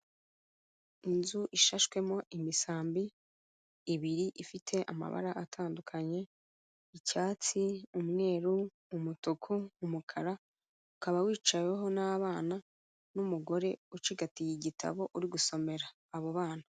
Inzu ishashwemo imisambi ibiri ifite amabara atandukanye icyatsi, umweru, umutuku, umukara ukaba wicaweho n'abana n'umugore ucigatiye igitabo uri gusomera abo bana.